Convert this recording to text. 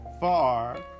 far